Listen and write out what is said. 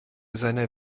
seiner